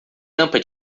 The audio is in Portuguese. tampa